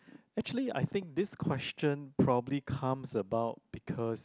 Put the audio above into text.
actually I think this question probably comes about because